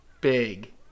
big